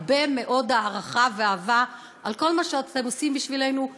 הרבה מאוד הערכה ואהבה על כל מה שאתם עושים בשבילנו,